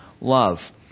love